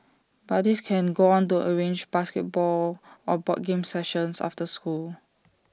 buddies can go on to arrange basketball or board games sessions after school